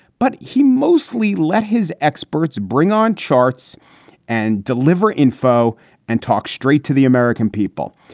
but he mostly let his experts bring on charts and deliver info and talk straight to the american people.